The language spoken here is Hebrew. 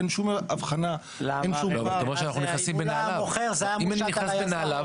אין שום הבחנה אם הוא היה מוכר זה היה מושת על היזם.